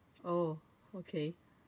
oh okay